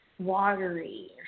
Watery